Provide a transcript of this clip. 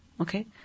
okay